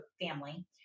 family